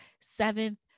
seventh